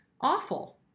Awful